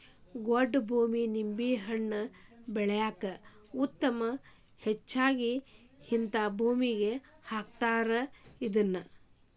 ಗೊಡ್ಡ ಭೂಮಿ ನಿಂಬೆಹಣ್ಣ ಬೆಳ್ಯಾಕ ಉತ್ತಮ ಹೆಚ್ಚಾಗಿ ಹಿಂತಾ ಭೂಮಿಗೆ ಹಾಕತಾರ ಇದ್ನಾ